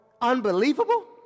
unbelievable